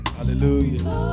Hallelujah